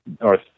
north